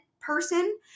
person